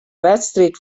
wedstriid